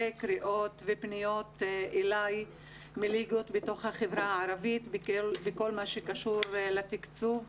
קריאות ופניות אלי מליגות בתוך החברה הערבית בכל מה שקשור לתקצוב,